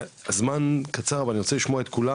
הזמן קצר, ואני רוצה לשמוע את כולם.